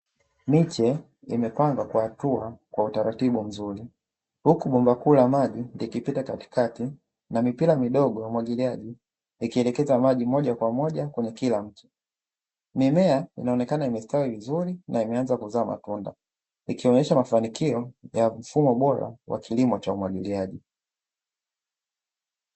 Miche imepandwa kwa hatua kwa utaratibu mzuri huku bomba kuu la maji likipita katikati na mipira midogo ya umwagiliaji ikielekeza maji moja kwa moja kwenye kila mche, mimea inaonekana imestawi vizuri na imeanza kuzaa matunda, ikionyesha mafanikio ya mfumo bora wa kilimo cha umwagiliaji.